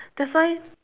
that's why